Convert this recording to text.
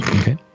Okay